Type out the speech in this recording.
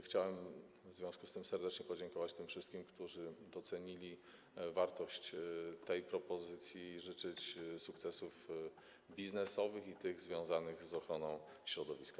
Chciałem w związku z tym serdecznie podziękować tym wszystkim, którzy docenili wartość tej propozycji, i życzyć sukcesów biznesowych i tych związanych z ochroną środowiska.